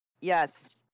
Yes